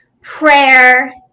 Prayer